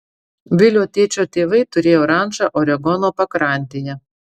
vilio tėčio tėvai turėjo rančą oregono pakrantėje